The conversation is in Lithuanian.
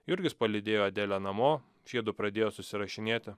jurgis palydėjo adelę namo šiedu pradėjo susirašinėti